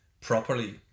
properly